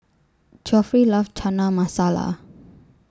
Geoffrey loves Chana Masala